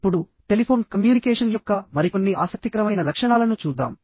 ఇప్పుడుటెలిఫోన్ communication యొక్క మరికొన్ని ఆసక్తికరమైన లక్షణాలను చూద్దాం